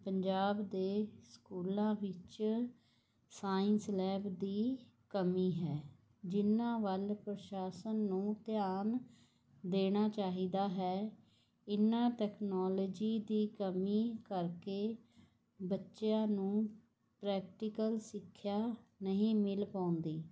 ਪੰਜਾਬ ਦੇ ਸਕੂਲਾਂ ਵਿੱਚ ਸਾਇੰਸ ਲੈਬ ਦੀ ਕਮੀ ਹੈ ਜਿਹਨਾਂ ਵੱਲ ਪ੍ਰਸ਼ਾਸਨ ਨੂੰ ਧਿਆਨ ਦੇਣਾ ਚਾਹੀਦਾ ਹੈ ਇਹਨਾਂ ਟੈਕਨੋਲਜੀ ਦੀ ਕਮੀ ਕਰਕੇ ਬੱਚਿਆਂ ਨੂੰ ਪ੍ਰੈਕਟੀਕਲ ਸਿੱਖਿਆ ਨਹੀਂ ਮਿਲ ਪਾਉਂਦੀ